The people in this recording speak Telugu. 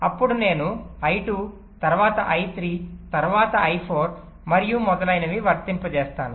అప్పుడు నేను I2 తరువాత I3 తరువాత I4 మరియు మొదలైనవి వర్తింపజేస్తాను